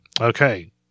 Okay